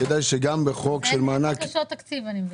אז אין בקשות תקציב, אני מבינה.